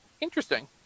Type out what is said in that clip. Interesting